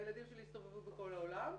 הילדים שלי יסתובבו בכל העולם,